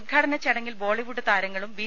ഉദ്ഘാടന ചടങ്ങിൽ ബോളിവുഡ് താരങ്ങളും ബി